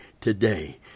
today